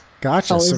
Gotcha